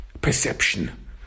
perception